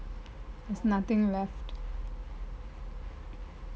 there's nothing left